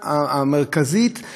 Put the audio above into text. וכשזאת נקודת העבודה,